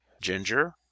Ginger